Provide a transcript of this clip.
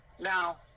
Now